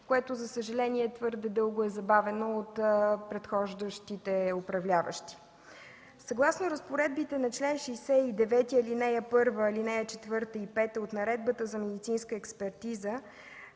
което, за съжаление, твърде дълго е забавено от предхождащите управляващи. Съгласно разпоредбите на чл. 69, ал. 1, 4 и 5 от Наредбата за медицинска експертиза,